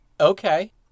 Okay